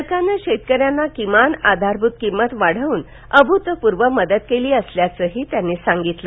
सरकारनं शेतकऱ्यांना किमान आधारभ्रत किंमत वाढव्न अभ्रतप्रर्व मदत केली असल्याचंही त्यांनी सांगितलं